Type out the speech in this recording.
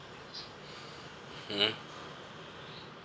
mmhmm